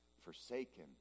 forsaken